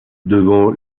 devant